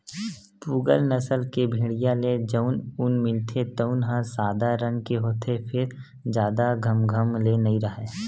पूगल नसल के भेड़िया ले जउन ऊन मिलथे तउन ह सादा रंग के होथे फेर जादा घमघम ले नइ राहय